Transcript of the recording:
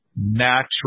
natural